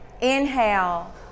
Inhale